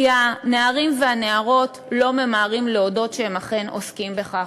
כי הנערים והנערות לא ממהרים להודות שהם אכן עוסקים בכך,